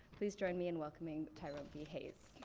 please join me in welcoming tyrone b. hayes.